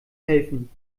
helfen